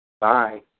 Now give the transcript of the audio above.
Bye